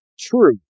True